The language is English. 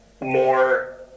more